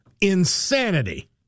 insanity